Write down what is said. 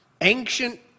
ancient